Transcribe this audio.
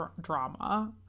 drama